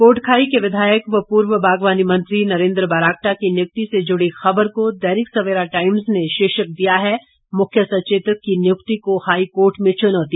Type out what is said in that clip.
कोटखाई के विधायक व पूर्व बागवानी मंत्री नरेंद्र बरागटा की नियुक्ति से जुड़ी खबर को दैनिक सवेरा टाइम्स ने शीर्षक दिया है मुख्य सचेतक की नियुक्ति को हाईकोर्ट में चुनौती